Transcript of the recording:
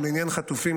ולעניין חטופים,